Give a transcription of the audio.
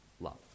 love